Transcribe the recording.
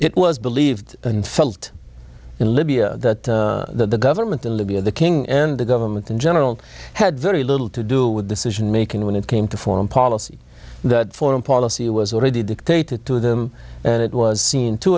it was believed and felt in libya that the government of libya the king and the government in general had very little to do with decision making when it came to foreign policy that foreign policy was already dictated to them and it was seen to